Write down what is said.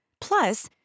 Plus